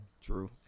True